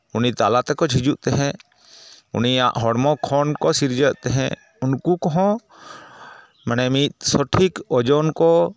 ᱩᱱᱤ ᱛᱟᱞᱟ ᱛᱮᱠᱚ ᱦᱤᱡᱩᱜ ᱛᱟᱦᱮᱸᱫ ᱩᱱᱤᱭᱟᱜ ᱦᱚᱲᱢᱚ ᱠᱷᱚᱱ ᱠᱚ ᱥᱤᱨᱡᱟᱹᱜ ᱛᱟᱦᱮᱸᱫ ᱩᱱᱠᱩ ᱠᱚᱦᱚᱸ ᱢᱟᱱᱮ ᱢᱤᱫ ᱥᱚᱴᱷᱤᱠ ᱳᱡᱚᱱ ᱠᱚ